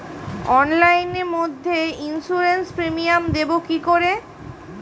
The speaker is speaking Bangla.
অনলাইনে মধ্যে ইন্সুরেন্স প্রিমিয়াম দেবো কি করে?